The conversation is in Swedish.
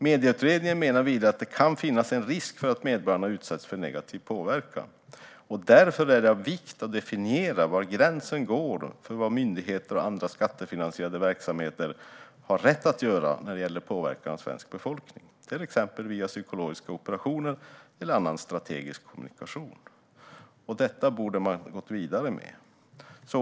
Medieutredningen menar vidare att det kan finnas en risk för att medborgarna utsätts för negativ påverkan och att det därför är av vikt att definiera var gränsen går för vad myndigheter och andra skattefinansierade verksamheter har rätt att göra när det gäller påverkan av svensk befolkning, till exempel via psykologiska operationer eller annan strategisk kommunikation. Detta borde man ha gått vidare med.